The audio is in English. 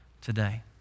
today